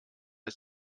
ist